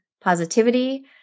positivity